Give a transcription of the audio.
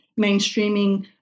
mainstreaming